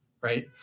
right